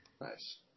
Nice